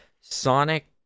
Sonic